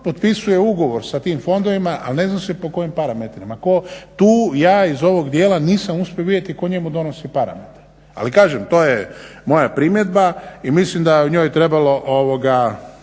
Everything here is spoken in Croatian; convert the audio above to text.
potpisuje ugovor sa tim fondovima ali ne zna se po kojim parametrima. Tu ja iz ovog dijela nisam uspio vidjeti tko njemu donosi parametre, ali kažem to je primjedba i mislim da je o njoj trebalo